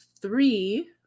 three